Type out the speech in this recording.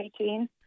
18